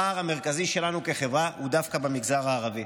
הפער המרכזי שלנו כחברה הוא דווקא במגזר הערבי,